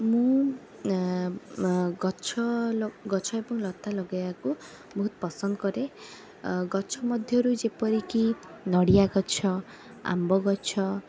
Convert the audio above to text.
ମୁଁ ଗଛ ଗଛ ଏବଂ ଲତା ଲଗାଇବାକୁ ବହୁତ ପସନ୍ଦ କରେ ଅ ଗଛ ମଧ୍ୟରୁ ଯେପରିକି ନଡ଼ିଆଗଛ ଆମ୍ବଗଛ